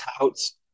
touts